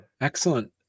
Excellent